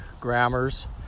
grammars